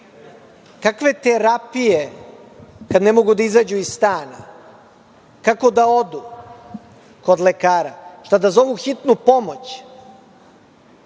Kakve terapije, kada ne mogu da izađu iz stana? Kako da odu kod lekara? Šta, da zovu hitnu pomoć?